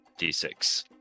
d6